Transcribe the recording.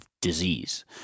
disease